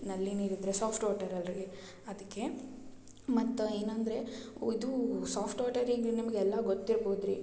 ನಲ್ಲಿ ನೀರಿದ್ದರೆ soft water ಅಲ್ರಿ ಅದಕ್ಕೆ ಮತ್ತೆ ಏನಂದರೆ ಇದು ಸಾಫ್ಟ್ ವಾಟರಿಗೆ ನಿಮಗೆಲ್ಲ ಗೊತ್ತಿರ್ಬೋದು ರೀ